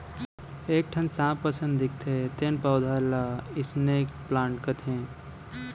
एक ठन सांप असन दिखथे तेन पउधा ल स्नेक प्लांट कथें